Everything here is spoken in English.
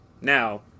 Now